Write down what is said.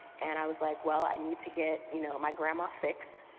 and i was like well i need to get you know my grandma fix.